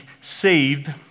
saved